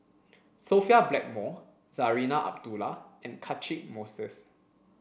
Sophia Blackmore Zarinah Abdullah and Catchick Moses